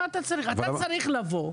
אתה צריך לבוא,